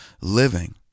living